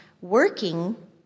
working